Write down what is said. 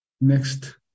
Next